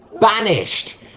banished